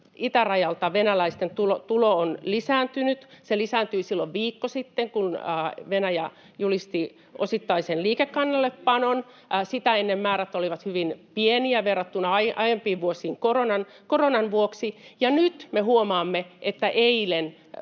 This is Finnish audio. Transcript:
itärajalla venäläisten tulo on lisääntynyt, se lisääntyi silloin viikko sitten, kun Venäjä julisti osittaisen liikekannallepanon. [Juha Mäenpää: Me tiedetään!] Sitä ennen määrät olivat hyvin pieniä verrattuna aiempiin vuosiin koronan vuoksi. Nyt me huomaamme, että eilen